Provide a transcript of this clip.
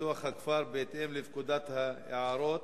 ופיתוח הכפר בהתאם לפקודת היערות,